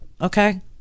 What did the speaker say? Okay